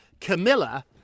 Camilla